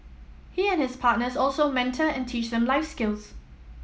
he and his partners also mentor and teach them life skills